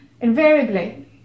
Invariably